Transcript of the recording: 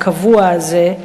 הקבוע הזה,